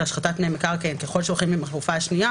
של השחתת פני מקרקעין ככל שהולכים עם החלופה השנייה